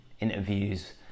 interviews